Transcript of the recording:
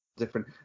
different